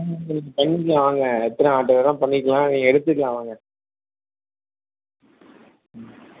உங்களுக்கு பண்ணிக்கலாம் வாங்க எத்தனை ஆர்டர் வேணால் பண்ணிக்கலாம் எடுத்துக்கலாம் வாங்க